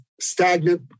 stagnant